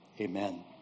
Amen